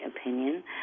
opinion